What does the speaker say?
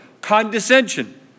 condescension